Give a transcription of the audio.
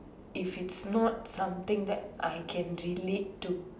if it's not something that I can relate to